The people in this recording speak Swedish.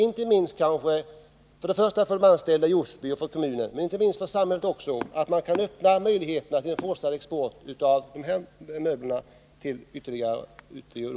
Detta är viktigt givetvis främst för de anställda i företaget och för kommunen men också för samhället i övrigt genom att man möjliggör en fortsatt export till länder i Europa av dessa möbler.